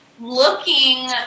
looking